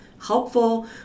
helpful